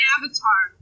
Avatar